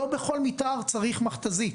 לא בכל מתאר צריך מכת"זית,